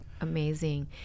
Amazing